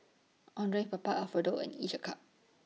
Andre Papa Alfredo and Each A Cup